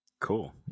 Cool